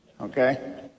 okay